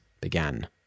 began